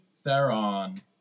Theron